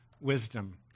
wisdom